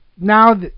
now